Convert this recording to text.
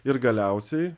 ir galiausiai